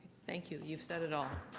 thank you. you have said it all.